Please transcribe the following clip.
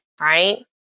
right